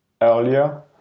earlier